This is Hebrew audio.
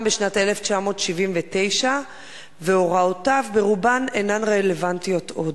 בשנת 1979 והוראותיו ברובן אינן רלוונטיות עוד.